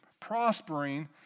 prospering